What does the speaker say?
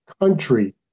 country